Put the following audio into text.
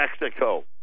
Mexico